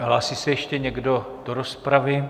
Hlásí se ještě někdo do rozpravy?